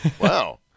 Wow